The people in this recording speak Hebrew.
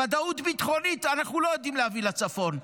ודאות ביטחונית אנחנו לא יודעים להביא לצפון.